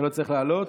אתה לא צריך לעלות.